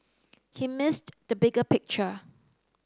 he missed the bigger picture